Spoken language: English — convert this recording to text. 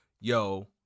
Yo